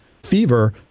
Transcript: fever